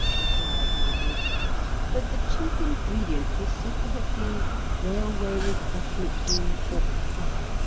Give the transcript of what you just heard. replied my uncle but the chief ingredient was said to have been railway refreshment-room pork-pie.